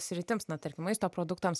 sritims na tarkim maisto produktams